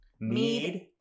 Mead